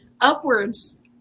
upwards